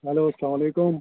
hello اسلامُ علیکُم